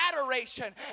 adoration